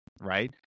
right